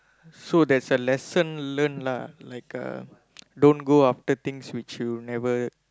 so there's a lesson learnt lah like uh don't go after things which you never